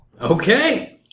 Okay